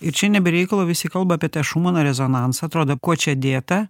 ir čia ne be reikalo visi kalba apie tą šumano rezonansą atrodo kuo čia dėta